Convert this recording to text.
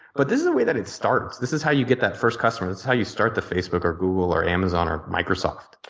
but this is the way that it starts. this is how you get that first customer. this is how you start the facebook or google or amazon or microsoft.